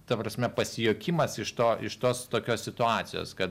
ta prasme pasijuokimas iš to iš tos tokios situacijos kad